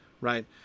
right